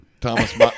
Thomas